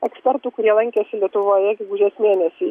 ekspertų kurie lankėsi lietuvoje gegužės mėnesį